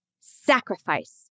sacrifice